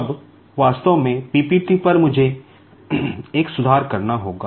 अब वास्तव में पीपीटी पर मुझे एक सुधार करना होगा